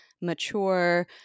mature